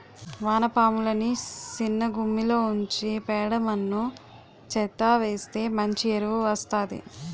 వానపాములని సిన్నగుమ్మిలో ఉంచి పేడ మన్ను చెత్తా వేస్తె మంచి ఎరువు వస్తాది